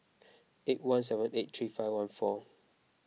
eight one seven eight three five one four